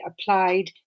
applied